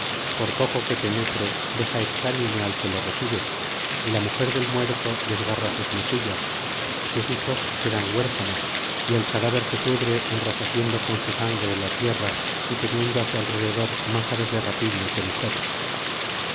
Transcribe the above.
por poco que penetre deja exánime al que lo recibe y la mujer del muerto desgarra sus mejillas sus hijos quedan huérfanos y el cadáver se pudre enrojeciendo con su sangre la tierra y teniendo á su alrededor más aves de rapiña que mujeres